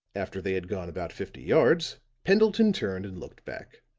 after they had gone about fifty yards, pendleton turned and looked back.